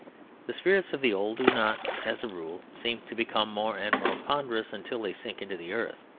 the spirits of the old do not as a rule seem to become more and more ponderous until they sink into the earth.